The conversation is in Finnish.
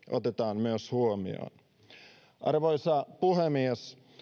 otetaan myös huomioon arvoisa puhemies